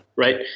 Right